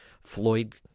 floyd